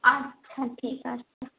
আচ্ছা ঠিক আছে